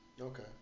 Okay